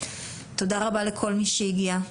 תודה רבה לכל מי שהגיע,